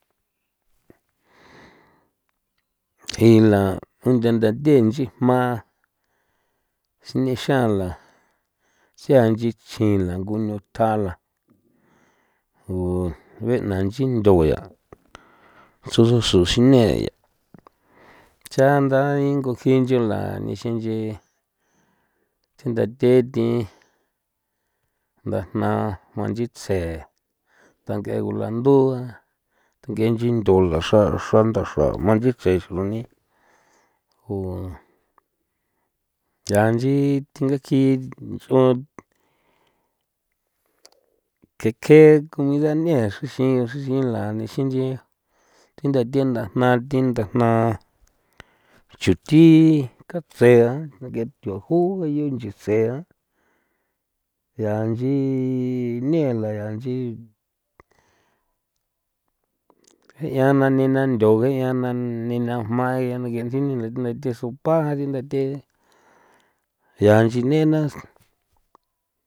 Ila nde ndathe nchi jma sine xala siaa nchi xila ngo nuthjala gu n'uena nchi ntho yaa susu sine ya chanda ingu jii nchola nixinchi sindathee thin ndajna jma nchitse dank'e gulandua dank'e nchindula xra xrandaxra jma nchitse xrojni ku yaa nchi thingakji xro ngeke comidanee xra xra xrila nixin nch'i thi ndathe ndajna thi ndajna chuthi katse nge thujoo nchisea yaa nchii nela ya nchi je'ia na nena ndo je'ia na nena jmaya nge nchi ni the sopa a rintha thi yanchi nena.